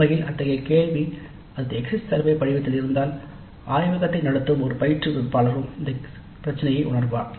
உண்மையில் அத்தகைய கேள்வி அது எக்ஸிட் சர்வே படிவத்தில் இருந்தால் ஆய்வகத்தை நடத்தும் ஒரு பயிற்றுவிப்பாளரும் இந்த பிரச்சனையை உணர்வார்